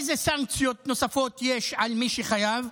איזה סנקציות נוספות יש על מי שחייב?